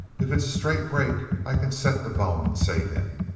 if it's a straight break i can set the bone and save him.